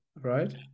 right